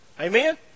Amen